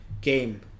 game